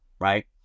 right